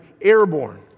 airborne